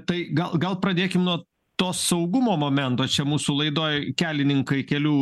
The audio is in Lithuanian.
tai gal gal pradėkim nuo to saugumo momento čia mūsų laidoj kelininkai kelių